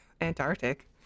antarctic